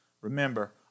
Remember